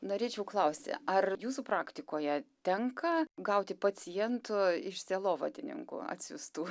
norėčiau klausti ar jūsų praktikoje tenka gauti pacientų iš sielovadininkų atsiųstų